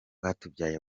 rwatubyaye